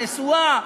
נשואה,